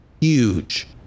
Huge